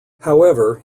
however